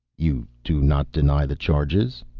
you do not deny the charges?